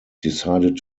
decided